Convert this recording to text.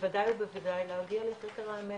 ובוודאי ובוודאי להגיע לחקר האמת,